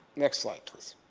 next slide please.